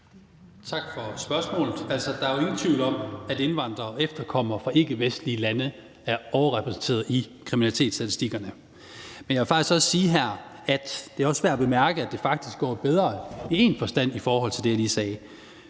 Tak for spørgsmålet. Der er jo ingen tvivl om, at indvandrere og efterkommere fra ikkevestlige lande er overrepræsenteret i kriminalitetsstatistikkerne. Men jeg vil faktisk også sige her, at det også er værd at bemærke, at det i én forstand går bedre i forhold til det, jeg lige sagde,